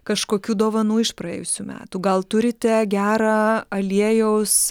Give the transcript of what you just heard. kažkokių dovanų iš praėjusių metų gal turite gerą aliejaus